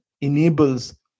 enables